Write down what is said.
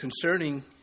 concerning